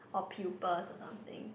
or pupas or something